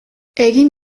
egin